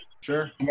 sure